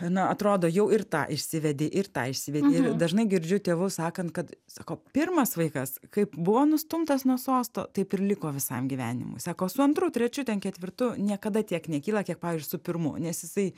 na atrodo jau ir tą išsivedi ir tą išsivedi ir dažnai girdžiu tėvus sakant kad sako pirmas vaikas kaip buvo nustumtas nuo sosto taip ir liko visam gyvenimui sako su antru trečiu ten ketvirtu niekada tiek nekyla kiek pavyzdžiui su pirmu nes jisai